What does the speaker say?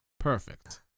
Perfect